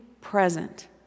present